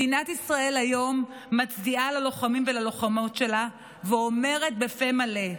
היום מדינת ישראל מצדיעה ללוחמים וללוחמות שלה ואומרת בפה מלא: